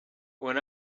when